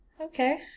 Okay